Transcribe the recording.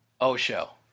Osho